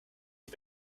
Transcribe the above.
die